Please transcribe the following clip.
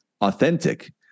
authentic